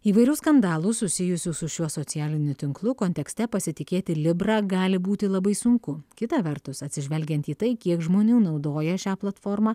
įvairių skandalų susijusių su šiuo socialiniu tinklu kontekste pasitikėti libra gali būti labai sunku kita vertus atsižvelgiant į tai kiek žmonių naudoja šią platformą